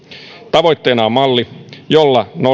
tavoitteena on malli